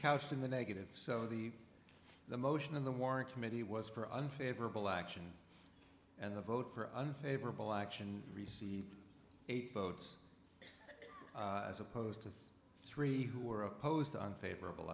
couched in the negative so the the motion of the warren committee was for unfavorable action and a vote for unfavorable action received eight votes as opposed to three who were opposed to unfavorable